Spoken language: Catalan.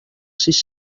sis